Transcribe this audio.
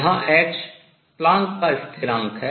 जहां h Planck का स्थिरांक है